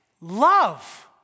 Love